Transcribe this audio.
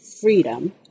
Freedom